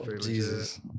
Jesus